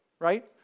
right